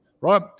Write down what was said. right